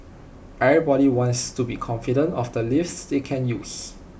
everybody wants to be confident of the lifts that they use